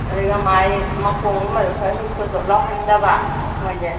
ꯑꯗꯨꯒ ꯃꯥꯒꯤ ꯃꯈꯣꯡꯒꯨꯝꯕꯗꯣ ꯈꯔꯁꯨꯝ ꯆꯣꯠ ꯆꯣꯠ ꯂꯥꯎꯍꯟꯗꯕ ꯃꯣꯏꯗꯤ